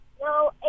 No